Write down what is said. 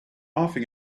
laughing